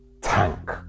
tank